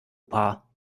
paar